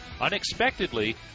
unexpectedly